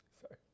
Sorry